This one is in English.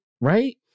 right